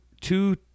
two